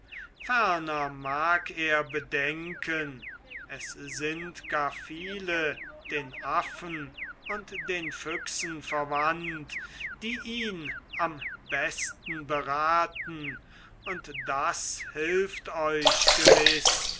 mag er bedenken es sind gar viele den affen und den füchsen verwandt die ihn am besten beraten und das hilft euch gewiß